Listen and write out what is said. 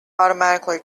automatically